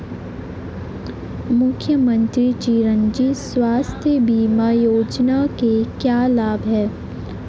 मुख्यमंत्री चिरंजी स्वास्थ्य बीमा योजना के क्या लाभ हैं?